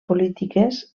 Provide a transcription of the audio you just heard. polítiques